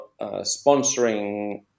sponsoring